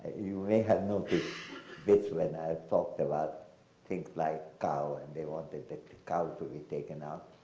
you may have noticed vich when i talked about take like cow, and they wanted the cow to be taken out.